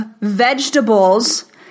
vegetables